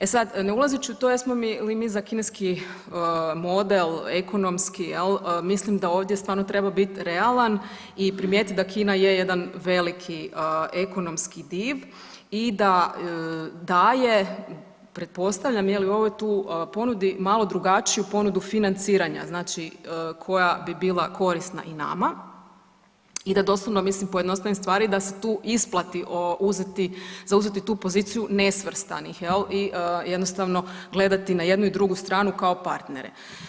E sad, ne ulazeći u to jesmo li mi za kineski model ekonomski jel mislim da ovdje stvarno treba biti realan i primijetit da Kina je jedan veliki ekonomski div i da daje pretpostavljam je li u ovoj tu ponudi, malo drugačiju ponudu financiranja znači koja bi bila korisna i nama i da doslovno mislim pojednostavim stvari da se tu isplati uzeti, zauzeti tu poziciju nesvrstanih jel i jednostavno gledati na jednu i drugu stranu kao partnere.